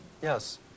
yes